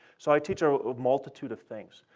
so i teach a multitude of things.